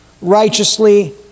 righteously